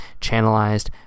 channelized